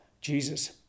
Jesus